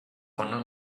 honor